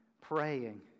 praying